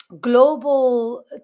global